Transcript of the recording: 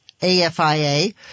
AFIA